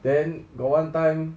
then got one time